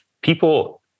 people